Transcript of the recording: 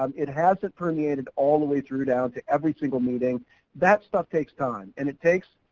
um it hasn't permeated all the way through down to every single meeting that stuff takes time and it takes,